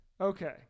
Okay